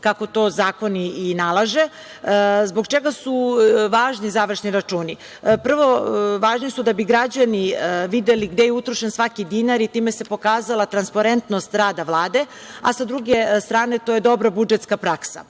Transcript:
kako to zakon i nalaže. Zbog čega su važni završni računi? Prvo, važni su da bi građani videli gde je utrošen svaki dinar i time se pokazala transparentnost rada Vlade, a sa druge strane, to je dobra budžetska praksa. Želim